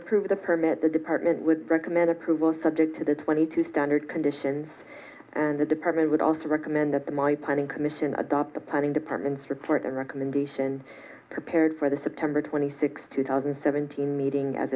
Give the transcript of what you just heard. approve the permit the department would recommend approval subject to the twenty two standard conditions and the department would also recommend that the my planning commission adopt the planning department's report the recommendation prepared for the september twenty sixth two thousand and seventeen meeting as